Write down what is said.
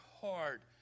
hard